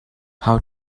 how